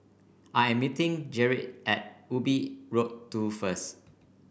I am meeting Gerrit at Ubi Road Two first